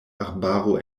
arbaro